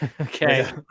Okay